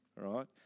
right